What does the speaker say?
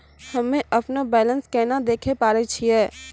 हम्मे अपनो बैलेंस केना देखे पारे छियै?